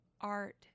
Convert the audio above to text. art